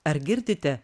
ar girdite